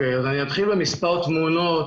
אתחיל עם מספר תמונות,